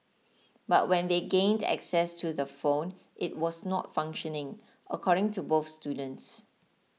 but when they gained access to the phone it was not functioning according to both students